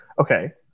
okay